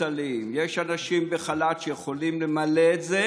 יש מובטלים, יש אנשים בחל"ת שיכולים למלא את זה.